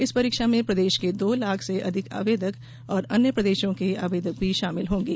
इस परीक्षा में प्रदेश के दो लाख से अधिक आवेदक और अन्य प्रदेशों के आवेदक भी शामिल होंगे